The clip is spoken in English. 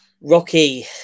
Rocky